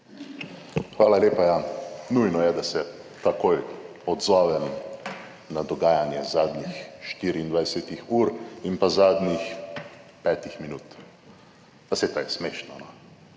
Hvala lepa, ja. Nujno je, da se takoj odzovem na dogajanje zadnjih 24. h in pa zadnjih petih minut. Pa saj to je smešno, no.